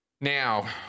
Now